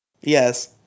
yes